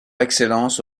excellence